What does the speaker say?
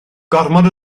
gormod